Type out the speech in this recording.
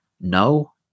No